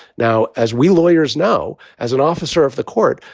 now, as we lawyers know, as an officer of the court,